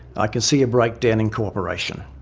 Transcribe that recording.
i can see a breakdown in cooperation.